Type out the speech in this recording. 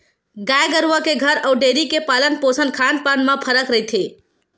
गाय गरुवा के घर अउ डेयरी के पालन पोसन खान पान म फरक रहिथे